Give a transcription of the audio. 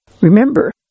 remember